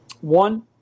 One